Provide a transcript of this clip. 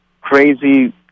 crazy